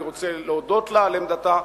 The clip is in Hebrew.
אני רוצה להודות לה על עמדתה.